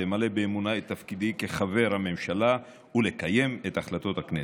למלא באמונה את תפקידי כחבר הממשלה ולקיים את החלטות הכנסת.